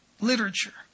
Literature